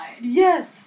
Yes